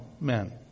men